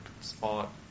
spot